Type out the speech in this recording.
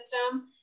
system